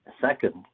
Second